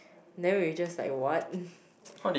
then we just like what